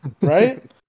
right